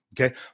Okay